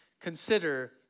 consider